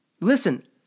Listen